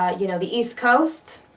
ah you know, the east coast.